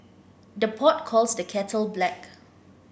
the pot calls the kettle black